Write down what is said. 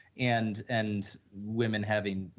and and, women having,